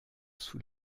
sous